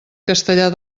castellar